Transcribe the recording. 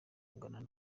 guhangana